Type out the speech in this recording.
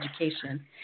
education